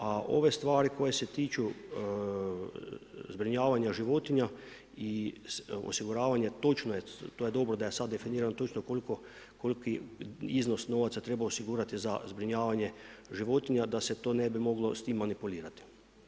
A ove stvari koje se tiču zbrinjavanja životinja i osiguravanja, točno je to je dobro da je sada definirano točno koliki iznos novaca treba osigurati za zbrinjavanje životinja da se to ne bi moglo s tim manipulirati.